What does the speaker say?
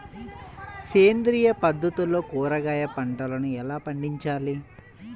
సేంద్రియ పద్ధతుల్లో కూరగాయ పంటలను ఎలా పండించాలి?